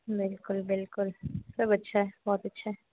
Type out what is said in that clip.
बिलकुल बिलकुल सब अच्छा है बहुत अच्छा है